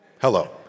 Hello